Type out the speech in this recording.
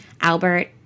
Albert